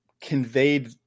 conveyed